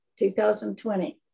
2020